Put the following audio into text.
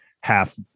half